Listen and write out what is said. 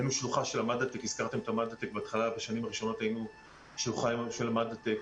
בשנים הראשונות היינו שלוחה של המדעטק.